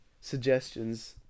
suggestions